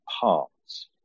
parts